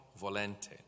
Volente